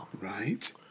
Right